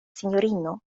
sinjorino